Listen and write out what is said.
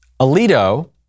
Alito